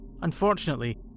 Unfortunately